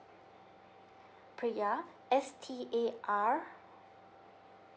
priya S T A R